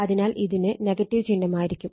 അതിനാൽ ഇതിന് ചിഹ്നമായിരിക്കും